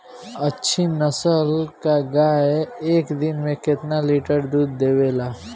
अच्छी नस्ल क गाय एक दिन में केतना लीटर दूध देवे ला?